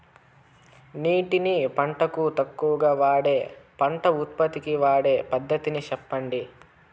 నీటిని పంటలకు తక్కువగా వాడే పంట ఉత్పత్తికి వాడే పద్ధతిని సెప్పండి?